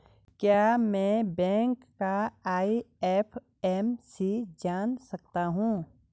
क्या मैं बैंक का आई.एफ.एम.सी जान सकता हूँ?